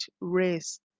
rest